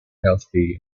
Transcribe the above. healthy